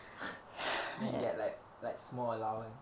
then you get like like small allowance